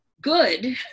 good